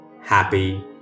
Happy